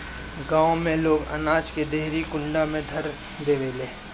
गांव में लोग अनाज के देहरी कुंडा में ध देवेला